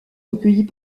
recueillies